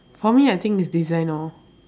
for me I think it's design lor